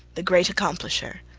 the great accomplisher.